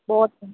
boat